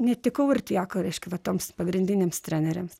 netikau ir tiek reiškia va tiems pagrindiniams treneriams